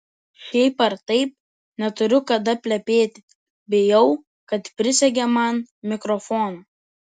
šiaip ar taip neturiu kada plepėti bijau kad prisegė man mikrofoną